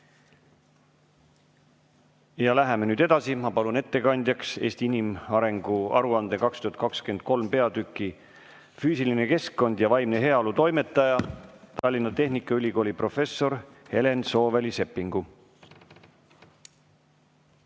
Läheme nüüd edasi. Ma palun ettekandjaks "Eesti inimarengu aruande 2023" peatüki "Füüsiline keskkond ja vaimne heaolu" toimetaja, Tallinna Tehnikaülikooli professori Helen Sooväli-Seppingu.